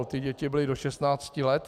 Ty děti byly do 16 let.